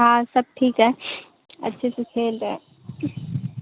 ہاں سب ٹھیک ہے اچھے سے کھیل رہے